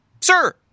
Sir